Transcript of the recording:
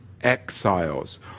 exiles